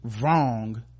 wrong